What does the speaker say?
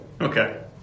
Okay